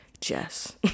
Jess